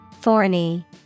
Thorny